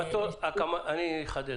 אני אחדד.